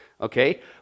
Okay